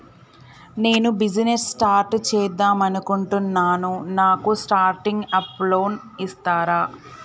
నేను business start చేద్దామనుకుంటున్నాను నాకు స్టార్టింగ్ అప్ లోన్ ఇస్తారా?